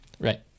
Right